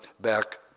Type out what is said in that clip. back